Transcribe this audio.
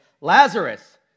Lazarus